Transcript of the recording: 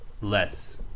less